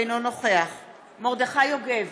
אינו נוכח מרדכי יוגב,